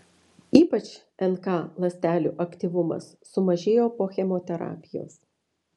ypač nk ląstelių aktyvumas sumažėjo po chemoterapijos